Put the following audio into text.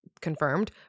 Confirmed